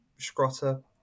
Scrotter